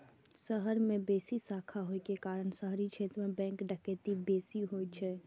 शहर मे बेसी शाखा होइ के कारण शहरी क्षेत्र मे बैंक डकैती बेसी होइ छै